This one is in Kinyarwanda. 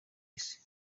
isi